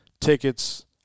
Tickets